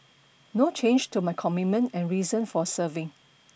no change to my commitment and reason for serving